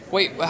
Wait